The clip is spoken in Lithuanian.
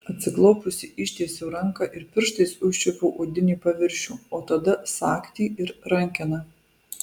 atsiklaupusi ištiesiau ranką ir pirštais užčiuopiau odinį paviršių o tada sagtį ir rankeną